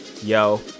yo